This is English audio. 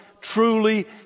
Truly